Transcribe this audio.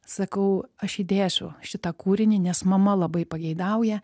sakau aš įdėsiu šitą kūrinį nes mama labai pageidauja